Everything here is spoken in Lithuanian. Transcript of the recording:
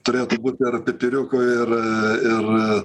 turėtų būt ir pipiriukų ir ir